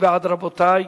מי בעד, רבותי?